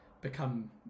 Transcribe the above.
become